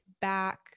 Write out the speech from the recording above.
back